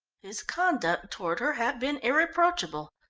his conduct toward her had been irreproachable.